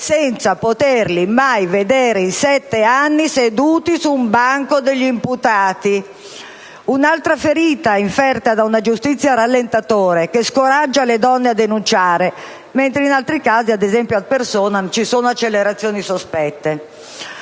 senza poterli mai vedere, in sette anni, seduti sul banco degli imputati. Un'altra ferita inferta da una giustizia a rallentatore, che scoraggia le donne a denunciare, mentre in altri casi, ad esempio *ad personam*, ci sono delle accelerazioni sospette.